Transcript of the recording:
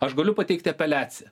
aš galiu pateikti apeliaciją